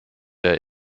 der